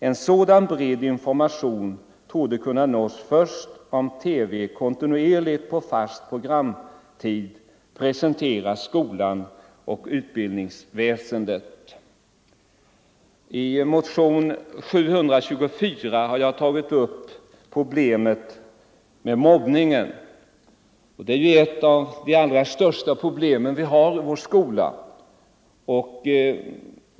En sådan bred information torde kunna nås, först om TV kontinuerligt och på fast programtid presenterar skolan och utbildningsväsendet.” I motionen 724 har jag tagit upp problemet med mobbningen. Detta är ju ett av de allra största problemen i skolan.